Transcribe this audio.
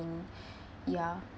ya